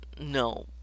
no